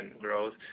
growth